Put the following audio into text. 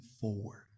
forward